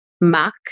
muck